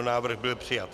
Návrh byl přijat.